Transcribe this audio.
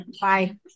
Bye